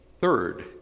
Third